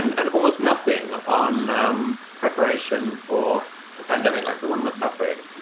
and almost nothing on um preparation for a pandemic like the one we're suffering.